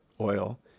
oil